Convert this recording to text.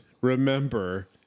Remember